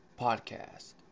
Podcast